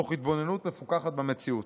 תוך התבוננות מפוכחת במציאות.